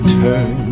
turn